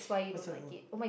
i was like ugh